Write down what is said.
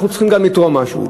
אנחנו צריכים גם לתרום משהו.